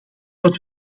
wat